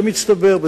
זה מצטבר.